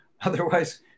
Otherwise